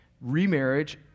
Remarriage